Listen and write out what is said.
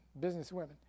businesswomen